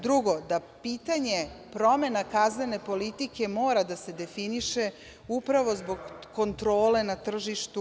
Drugo, da pitanje promena kaznene politike mora da se definiše upravo zbog kontrole na tržištu